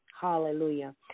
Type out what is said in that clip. Hallelujah